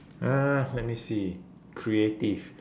uh let me see creative